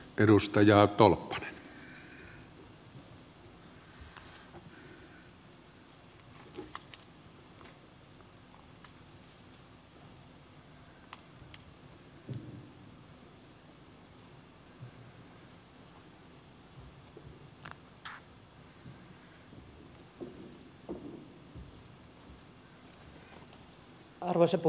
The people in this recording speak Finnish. arvoisa puhemies